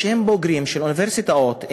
שהם בוגרים של אוניברסיטאות,